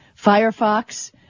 Firefox